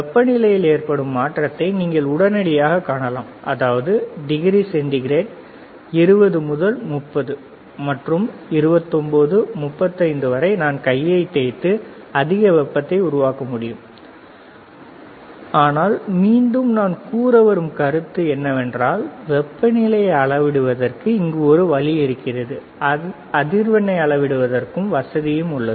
வெப்பநிலையில் ஏற்படும் மாற்றத்தை நீங்கள் உடனடியாகக் காணலாம் அதாவது டிகிரி சென்டிகிரேட் 20 முதல் 30 மற்றும் 29 25 வரை நான் கையைத் தேய்த்து அதிக வெப்பத்தை உருவாக்கினால் அது இன்னும் அதிகமாகக் காண்பிக்க கூடும் ஆனால் மீண்டும் நான் கூற வரும் கருத்து என்னவென்றால் வெப்பநிலையை அளவிடுவதற்கு இங்கு ஒரு வழி இருக்கிறது அதிர்வெண்ணை அளவிடுவதற்கான வசதியும் இதில் உள்ளது